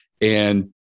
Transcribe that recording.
and-